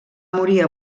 morir